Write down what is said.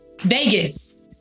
Vegas